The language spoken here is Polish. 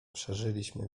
przeżyliśmy